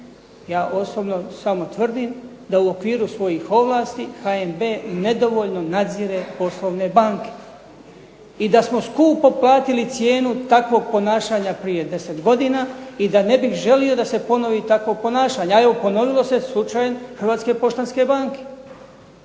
Ja osobno samo tvrdim da u okviru svojih ovlasti HNB nedovoljno nadzire poslovne banke i da smo skupo platili cijenu takvog ponašanja prije deset godina i da ne bih želio da se ponovi takvo ponašanje, a evo ponovio se slučaj Hrvatske poštanske banke.